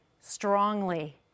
Strongly